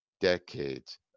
decades